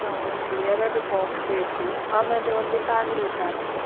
ಹಾಂ ಓಕೆ ಎರಡು ಬಾಕ್ಸ್ ಬೇಕು ಆಮೇಲೆ ಒಂದು ಫ್ಯಾಮಿಲಿ ಪ್ಯಾಕ್